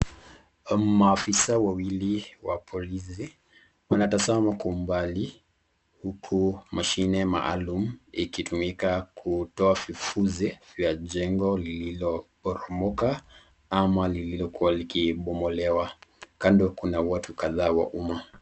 Maafisa wawili wa polisi wanatazama kwa umbali huku mashine maalum ikitumika kutoa vifuzi vya jengo lililo poromoka ama lililokuwa likibomolewa, kando kuna watu kadhaa wa umma.